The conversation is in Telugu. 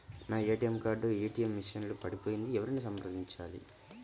నా ఏ.టీ.ఎం కార్డు ఏ.టీ.ఎం మెషిన్ లో పడిపోయింది ఎవరిని సంప్రదించాలి?